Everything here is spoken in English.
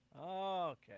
okay